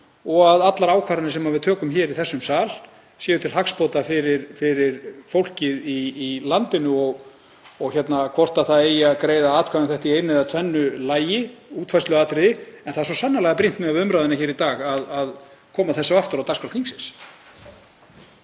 og að allar ákvarðanir sem við tökum í þessum sal séu til hagsbóta fyrir fólkið í landinu. Hvort það eigi að greiða atkvæði um þetta í einu eða tvennu lagi er útfærsluatriði en það er svo sannarlega brýnt miðað við umræðuna hér í dag að koma þessu aftur á dagskrá þingsins.